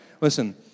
Listen